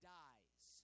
dies